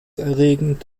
erregend